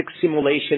simulation